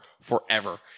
forever